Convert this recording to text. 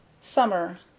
SUMMER